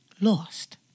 Lost